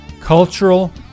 cultural